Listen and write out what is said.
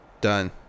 Done